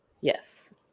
yes